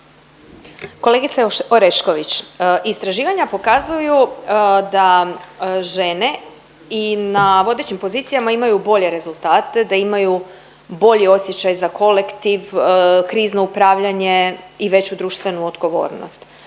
Kolegice Orešković, istraživanja pokazuju da žene i na vodećim pozicijama imaju bolje rezultate, da imaju bolji osjećaj za kolektiv, krizno upravljanje i veći društvenu odgovornost.